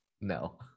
no